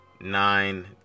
nine